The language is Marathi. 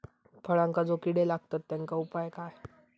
फळांका जो किडे लागतत तेनका उपाय काय?